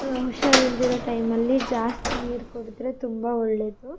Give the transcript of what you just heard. ಹುಷಾರಿಲ್ಲದೆ ಇರೋ ಟೈಮಲ್ಲಿ ಜಾಸ್ತಿ ನೀರು ಕುಡಿದ್ರೆ ತುಂಬ ಒಳ್ಳೆಯದು